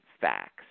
facts